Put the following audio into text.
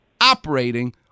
operating